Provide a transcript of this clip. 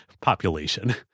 population